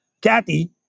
Kathy